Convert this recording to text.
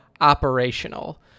operational